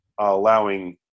allowing